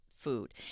food